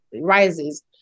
rises